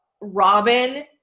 Robin